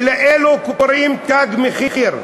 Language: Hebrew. ולאלו קוראים "תג מחיר".